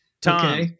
Tom